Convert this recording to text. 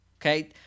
Okay